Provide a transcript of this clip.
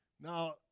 Now